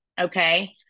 okay